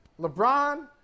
LeBron